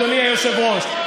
אדוני היושב-ראש,